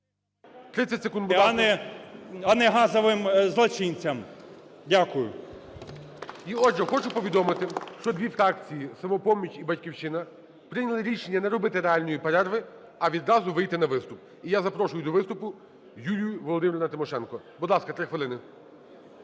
30 секунд, будь ласка. ГАЛАСЮК В.В. …а не газовим злочинцям. Дякую. ГОЛОВУЮЧИЙ. Отже, хочу повідомити, що дві фракції - "Самопоміч" і "Батьківщина"- прийняли рішення не робити реальної перерви, а відразу вийти на виступ. І я запрошую до виступу Юлію Володимирівну Тимошенко. Будь ласка, 3 хвилини.